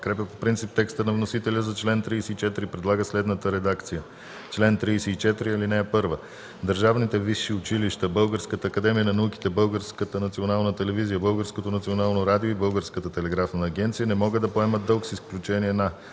подкрепя по принцип теста на вносителя за чл. 34 и предлага следната редакция: „Чл. 34. (1) Държавните висши училища, Българската академия на науките, Българската национална телевизия, Българското национално радио и Българската телеграфна агенция не могат да поемат дълг с изключение на: